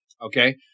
Okay